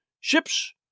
Ships